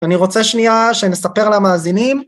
‫ואני רוצה שנייה ‫שנספר למאזינים